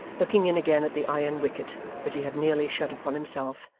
looking in again at the iron wicket, which he had nearly shut upon himself,